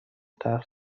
طرح